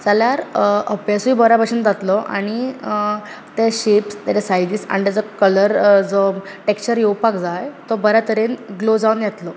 जाल्यार अभ्यासूय बरे भशेन जातलो आनी ते शेप्स सायजीस आनी ताचो कलर जो टॅक्शचर येवपाक जाय तो बरे तरेन ग्लो जावन येतलो